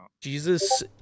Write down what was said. Jesus